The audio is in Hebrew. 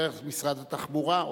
דרך משרד התחבורה,